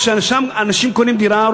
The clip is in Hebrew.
כשאנשים קונים דירה,